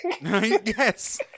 Yes